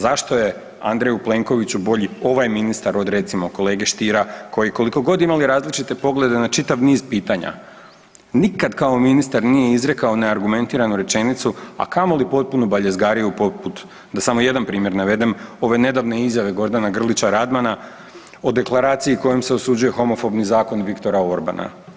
Zašto je Andreju Plenkoviću bolji ovaj ministar od recimo kolege Stiera koji koliko god imali različite poglede na čitav niz pitanja nikad kao ministar nije izrekao neargumentiranu rečenicu, a kamoli potpunu baljezgariju poput da damo jedan primjer navedem, ove nedavne izjave Gordana Grlića Radmana o deklaraciji kojom se osuđuje homofobni zakon Viktora Orbana.